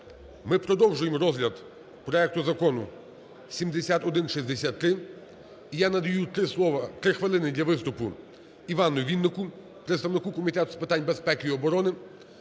ми продовжуємо розгляд проекту Закону 7163. І я надаю три слова… три хвилини для виступу ІвануВіннику, представнику Комітету з питань безпеки і оборони,